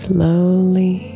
Slowly